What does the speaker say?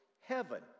heaven